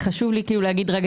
וחשוב לי לומר,